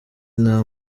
nta